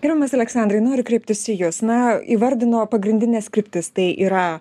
gerbiamas aleksandrai noriu kreiptis į jus na įvardino pagrindines kryptis tai yra